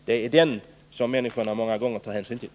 Det är många gånger den som människorna tar hänsyn till.